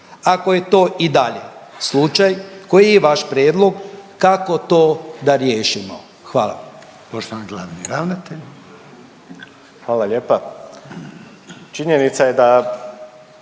Ako je to i dalje slučaj, koji je vaš prijedlog kako to da riješimo? Hvala.